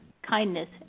Kindness